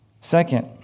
Second